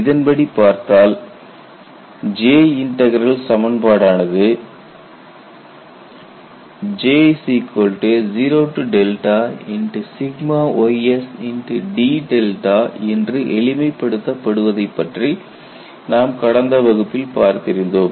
இதன்படி பார்த்தால் J integral சமன்பாடு ஆனது J0ysd என்று எளிமைப்படுத்த படுவதைப் பற்றி நாம் கடந்த வகுப்பில் பார்த்திருந்தோம்